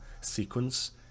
sequence